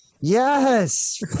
Yes